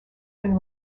been